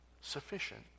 Sufficient